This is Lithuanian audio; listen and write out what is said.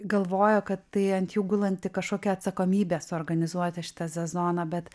galvojo kad tai ant jų gulanti kažkokia atsakomybė suorganizuoti šitą sezoną bet